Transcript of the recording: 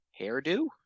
Hairdo